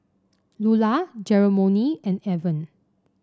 Lular Jeromy and Avon